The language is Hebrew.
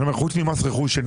רק מס רכוש.